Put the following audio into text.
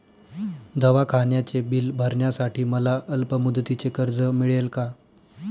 दवाखान्याचे बिल भरण्यासाठी मला अल्पमुदतीचे कर्ज मिळेल का?